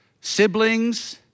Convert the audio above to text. siblings